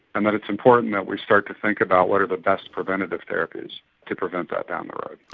and that it's important that we start to think about what are the best preventative therapies to prevent that down the road.